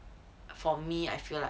for me I feel like